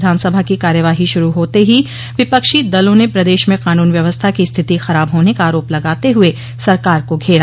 विधानसभा की कार्यवाही शुरू होते ही विपक्षी दला ने प्रदेश में कानून व्यवस्था की स्थिति खराब होने का आरोप लगाते हुए सरकार को घेरा